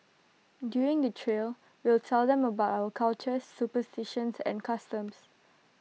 during the trail we'll tell them about our cultures superstitions and customs